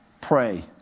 pray